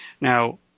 Now